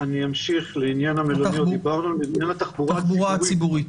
בעניין התחבורה הציבורית,